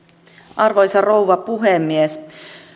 arvoisa rouva puhemies